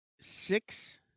Six